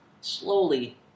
slowly